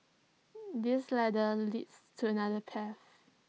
this ladder leads to another path